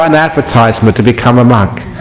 um advertisement to become a monk